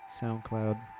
SoundCloud